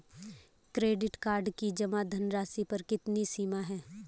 Credit card की जमा धनराशि पर कितनी सीमा है?